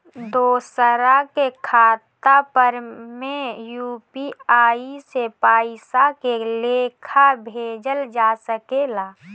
दोसरा के खाता पर में यू.पी.आई से पइसा के लेखाँ भेजल जा सके ला?